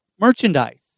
merchandise